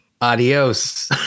Adios